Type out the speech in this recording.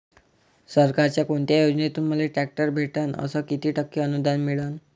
सरकारच्या कोनत्या योजनेतून मले ट्रॅक्टर भेटन अस किती टक्के अनुदान मिळन?